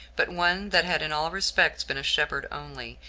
but one that had in all respects been a shepherd only,